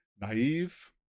naive